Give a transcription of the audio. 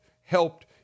helped